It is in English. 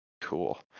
cool